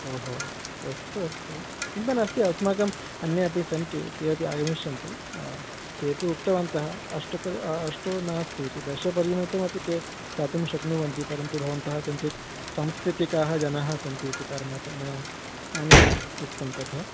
ओ हो अस्तु अस्तु चिन्ता नास्ति अस्माकम् अन्ये अपि सन्ति ते अपि आगमिष्यन्ति ते तु उक्तवन्तः अष्टक अष्टौ नास्ति इति दशपरिमितमपि ते दातुं शक्नुवन्ति परन्तु भवन्तः किञ्चित् सांस्कृतिकाः जनाः सन्ति इति कारणात् मया आनीतम् उक्तं तथा